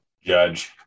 Judge